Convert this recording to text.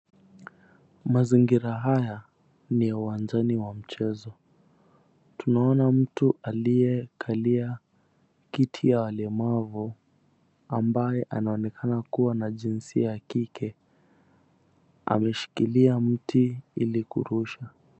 Mazingira haya, ni ya uwanjani wa mchezo. Tunaona mtu aliyekalia kiti ya walemavu, ambaye anaonekana kuwa na jinsia ya kike. Ameshikilia mti ili kurusha.